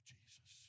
Jesus